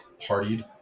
partied